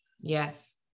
Yes